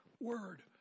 word